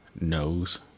knows